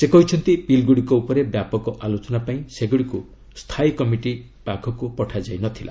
ସେ କହିଛନ୍ତି ବିଲ୍ଗୁଡ଼ିକ ଉପରେ ବ୍ୟାପକ ଆଲୋଚନା ପାଇଁ ସେଗୁଡ଼ିକୁ ସ୍ଥାୟୀ କମିଟି ପାଖକୁ ପଠାଯାଇନଥିଲା